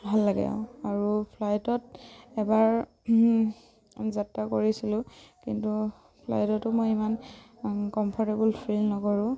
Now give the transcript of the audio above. ভাল লাগে আৰু আৰু ফ্লাইটত এবাৰ যাত্ৰা কৰিছিলোঁ কিন্তু ফ্লাইটতো মই ইমান কমফৰ্টেবুল ফিল নকৰোঁ